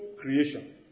creation